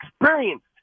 experienced